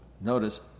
notice